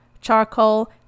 charcoal